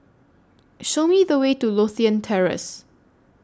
Show Me The Way to Lothian Terrace